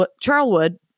Charlwood